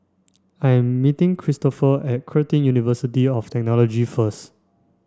I am meeting Kristofer at Curtin University of Technology first